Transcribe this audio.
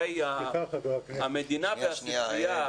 הרי המדינה והספרייה --- סליחה,